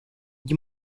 you